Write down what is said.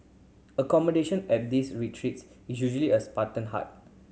accommodation at these retreats is usually a Spartan hut